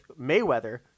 Mayweather